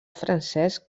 francesc